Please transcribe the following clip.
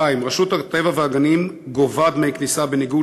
2. רשות הטבע והגנים גובה דמי כניסה בניגוד